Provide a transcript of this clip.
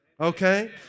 Okay